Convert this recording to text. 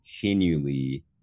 continually